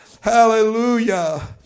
Hallelujah